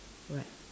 right